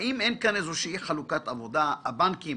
האם אין כאן איזו שהיא חלוקת עבודה הבנקים